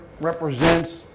represents